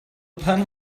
pen